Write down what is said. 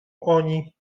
oni